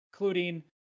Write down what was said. including